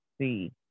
see